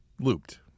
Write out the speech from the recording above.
Looped